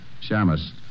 Shamus